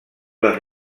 les